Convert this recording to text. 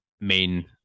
main